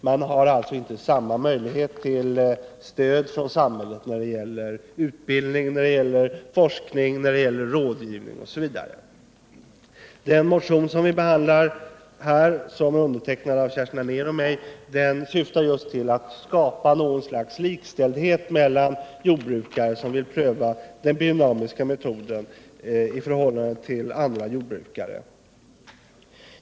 Man har alltså inte samma möjlighet till stöd från samhället när det gäller utbildning, forskning, rådgivning osv. Den motion som vi behandlar här, undertecknad av Kerstin Anér och mig, syftar till att skapa likställdhet mellan jordbrukare som vill pröva den biodynamiska metoden i förhållande till andra jordbrukare.